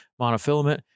monofilament